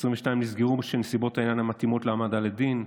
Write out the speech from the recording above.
22 נסגרו בשל זה שנסיבות העניין אינן מתאימות להעמדה לדין,